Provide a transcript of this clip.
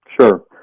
Sure